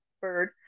bird